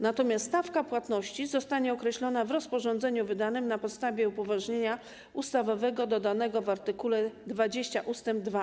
Natomiast stawka płatności zostanie określona w rozporządzeniu wydanym na podstawie upoważnienia ustawowego dodanego w art. 20 ust. 2a.